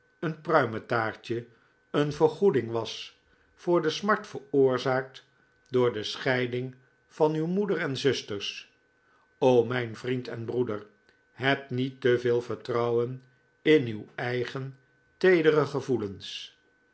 een pruimentaartje een vergoeding was voor de smart veroorzaakt door de scheiding van uw moeder en zusters o mijn vriend en broeder heb niet te veel vertrouwen in uw eigen teedere gevoelens